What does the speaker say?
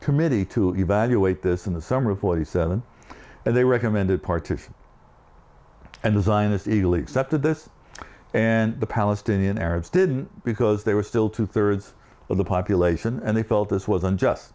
committee to evaluate this in the summer of forty seven and they recommended partition and design is the least up to this and the palestinian arabs didn't because they were still two thirds of the population and they felt this was unjust